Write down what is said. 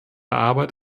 arbeit